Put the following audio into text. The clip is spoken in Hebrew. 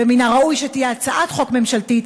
ומן הראוי שתהיה הצעת חוק ממשלתית,